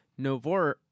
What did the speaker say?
Novor